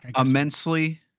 immensely